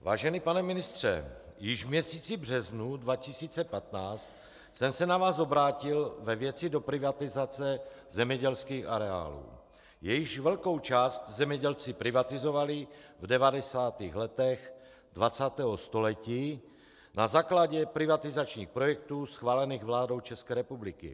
Vážený pane ministře, již v měsíci březnu 2015 jsem se na vás obrátil ve věci doprivatizace zemědělských areálů, jejichž velkou část zemědělci privatizovali v 90. letech 20. století na základě privatizačních projektů schválených vládou České republiky.